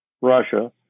Russia—